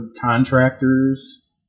contractors